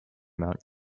mount